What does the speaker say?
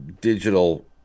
digital